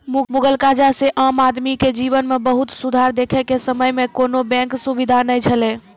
मुगल काजह से आम आदमी के जिवन मे बहुत सुधार देखे के समय मे कोनो बेंक सुबिधा नै छैले